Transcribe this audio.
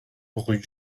rue